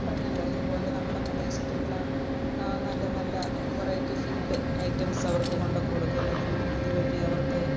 പറഞ്ഞല്ലോ ഇതുപോലെ നമ്മുടെ പ്രദേശത്തുള്ള നല്ല നല്ല വെറൈറ്റി ഫുഡ് ഐറ്റംസ് അവര്ക്ക് കൊണ്ട് കൊടുക്കുന്നതിനും അത് വഴി അവര്ക്ക്